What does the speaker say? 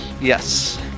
Yes